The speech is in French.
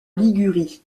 ligurie